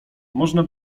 można